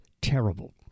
terrible